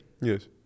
yes